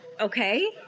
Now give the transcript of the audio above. Okay